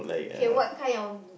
K what kind of b~